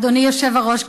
אדוני היושב-ראש,